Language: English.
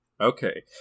Okay